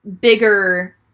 bigger